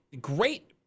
great